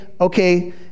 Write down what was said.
okay